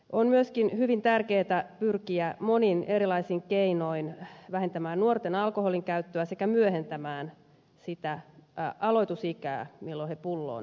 on myöskin hyvin tärkeätä pyrkiä monin erilaisin keinoin vähentämään nuorten alkoholin käyttöä sekä myöhentämään sitä aloitusikää milloin he pulloon tarttuvat